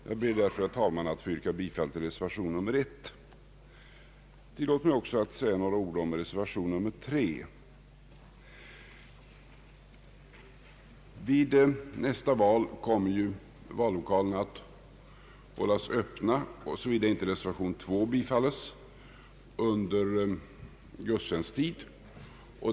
Jag ber därför, herr talman, att få yrka bifall till reservation 1. Tillåt mig, herr talman, också att säga några ord om reservation nr 3. Vid nästa val kommer vallokalerna — såvida inte reservation 2 bifalles att hållas öppna under gudstjänsttid.